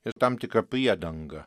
ir tam tikra priedanga